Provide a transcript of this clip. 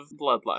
bloodlust